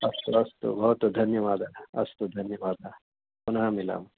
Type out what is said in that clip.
अस्तु अस्तु भवतु धन्यवादः अस्तु धन्यवादः पुनः मिलामः